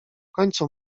końcu